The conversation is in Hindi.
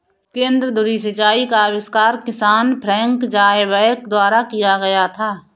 केंद्र धुरी सिंचाई का आविष्कार किसान फ्रैंक ज़ायबैक द्वारा किया गया था